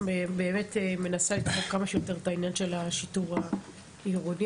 העניין של השיטור העירוני,